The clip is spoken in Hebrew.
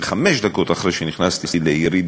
וחמש דקות אחרי שנכנסתי לעירי,